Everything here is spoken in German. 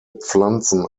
pflanzen